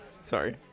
Sorry